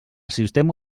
sistema